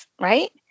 right